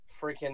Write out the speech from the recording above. freaking